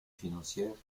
financières